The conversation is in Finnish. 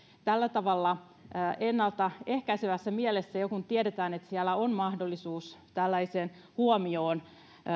tällä tavalla ennalta ehkäisevässä mielessä jo siihen kun tiedetään että siellä on mahdollisuus tällaiseen huomioon